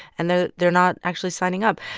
and they're they're not actually signing up.